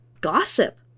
gossip